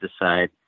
decide